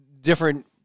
different